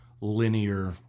linear